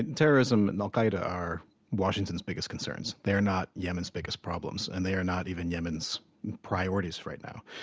and terrorism and al qaeda are washington's biggest concerns. they're not yemen's biggest problems, and they are not even yemen's priorities right now.